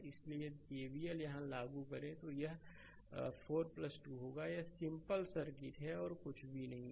इसलिए यदि केवीएल यहां लागू करें तो यह 4 2 होगा यह सिंपल सर्किट है और कुछ भी नहीं है